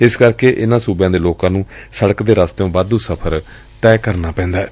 ਇਸ ਕਰਕੇ ਇਨੂਾਂ ਸੂਬਿਆਂ ਦੇ ਲੋਕਾਂ ਨੂੰ ਸੜਕ ਦੇ ਰਸਤਿਓਂ ਵਾਧੂ ਸਫ਼ਰ ਕਰਨਾ ਪੈਂਦੈ